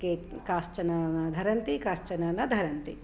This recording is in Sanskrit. के काश्चन धरन्ति काश्चन न धरन्ति